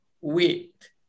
weight